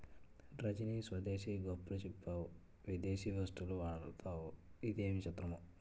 రజనీ స్వదేశీ గొప్పలు చెప్తావు విదేశీ వస్తువులు వాడతావు ఇదేమి చిత్రమో